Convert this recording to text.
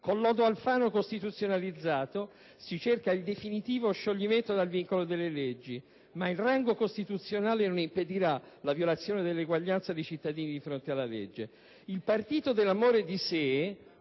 con il lodo Alfano costituzionalizzato si cerca il definitivo scioglimento dal vincolo delle leggi, ma il rango costituzionale non impedirà la violazione dell'eguaglianza dei cittadini di fronte alla legge. Il partito dell'amore di sé